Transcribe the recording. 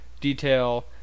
detail